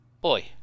Boy